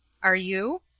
are you?